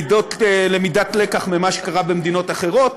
בלמידת לקח ממה שקרה במדינות אחרות,